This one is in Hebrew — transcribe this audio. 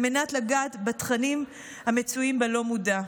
על מנת לגעת בתכנים המצויים בלא-מודע.